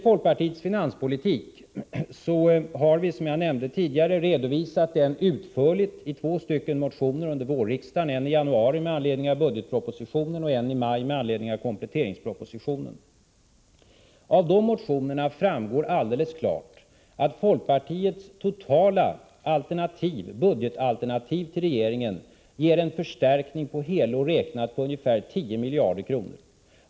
Folkpartiets finanspolitik har, som jag nämnde tidigare, redovisats utförligt i två motioner under vårriksdagen, en i januari med anledning av budgetpropositionen och en i maj med anledning av kompletteringspropositionen. Av dem framgår alldeles klart att folkpartiets totala alternativ till regeringens budget innebär en förstärkning för helår räknat på ungefär 10 miljarder kronor.